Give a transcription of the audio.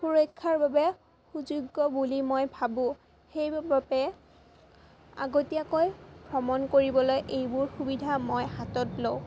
সুৰক্ষাৰ বাবে সুযোগ্য বুলি মই ভাবোঁ সেইবাবে আগতীয়াকৈ ভ্ৰমণ কৰিবলৈ এইবোৰ সুবিধা মই হাতত লওঁ